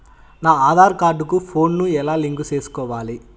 నా ఆధార్ కార్డు కు ఫోను ను ఎలా లింకు సేసుకోవాలి?